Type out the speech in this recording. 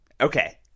okay